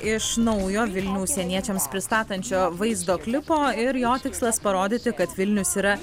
iš naujo vilnių užsieniečiams pristatančio vaizdo klipo ir jo tikslas parodyti kad vilnius yra